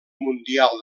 mundial